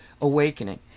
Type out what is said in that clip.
awakening